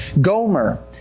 Gomer